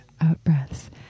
out-breaths